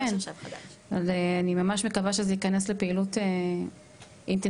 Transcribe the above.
אני ממש מקווה שזה ייכנס לפעילות אינטנסיבית,